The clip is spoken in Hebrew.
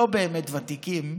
לא באמת ותיקים.